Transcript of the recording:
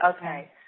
Okay